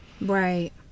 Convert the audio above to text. Right